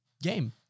Game